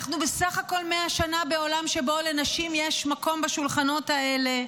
אנחנו בסך הכול 100 שנה בעולם שבו לנשים יש מקום בשולחנות האלה,